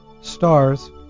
Stars